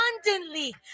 abundantly